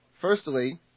Firstly